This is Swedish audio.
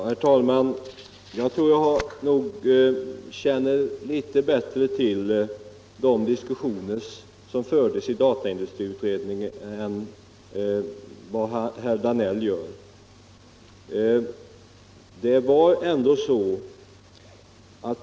Herr talman! Jag tror att jag litet bättre känner till de diskussioner som fördes i dataindustriutredningen än vad herr Danell gör.